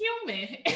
Human